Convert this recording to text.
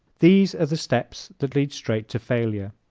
these are the steps that lead straight to failure.